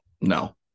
no